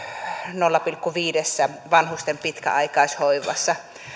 nolla pilkku viidessä vanhusten pitkäaikaishoivassa